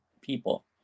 people